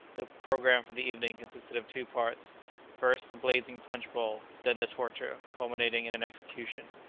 the programme for the evening consisted of two parts first, the blazing punch-bowl then the torture, culminating in an execution.